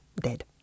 dead